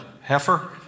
heifer